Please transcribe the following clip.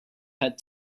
had